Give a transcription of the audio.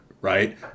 right